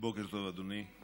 בוקר טוב, אדוני.